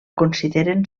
consideren